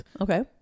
Okay